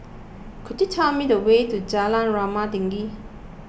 could you tell me the way to Jalan Rumah Tinggi